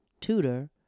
tutor